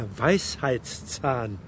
Weisheitszahn